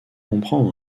comprend